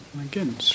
again